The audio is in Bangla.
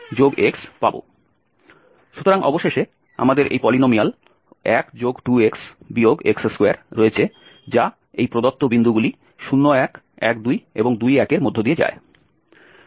সুতরাং অবশেষে আমাদের এই পলিনোমিয়াল 1 2x x2 রয়েছে যা এই প্রদত্ত বিন্দুগুলি 0 1 1 2 এবং 2 1 এর মধ্য দিয়ে যায়